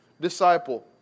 disciple